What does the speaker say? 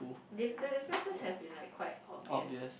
diff~ the differences have been like quite obvious